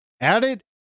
Added